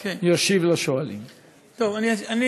תודה לחבר הכנסת אוסאמה סעדי.